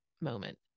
moment